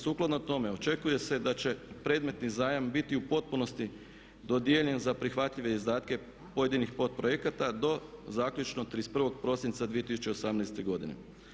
Sukladno tome očekuje se da će predmetni zajam biti u potpunosti dodijeljen za prihvatljive izdatke pojedinih potprojekata do zaključno 31.prosinca 2018.godine.